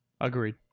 Agreed